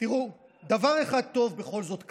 תראו, דבר אחד טוב בכל זאת קרה: